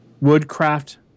woodcraft